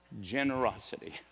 Generosity